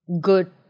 good